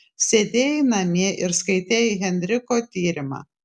sėdėjai namie ir skaitei henriko tyrimą